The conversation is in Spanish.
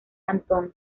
antón